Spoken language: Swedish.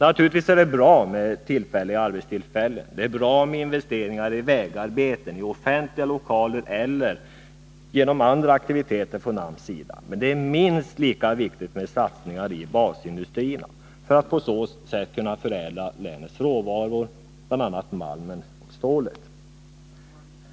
Naturligtvis är det bra med tillfälliga arbetstillfällen, och det är bra med investeringar i vägarbeten, offentliga lokaler och andra aktiviter från AMS sida. Men det är minst lika viktigt att man gör satsningar i basindustrierna för att på så sätt kunna förädla länets råvaror, bl.a. malmen och stålet.